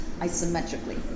isometrically